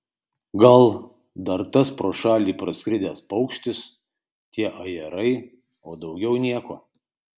gal dar tas pro šalį praskridęs paukštis tie ajerai o daugiau nieko